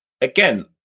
Again